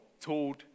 told